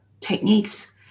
techniques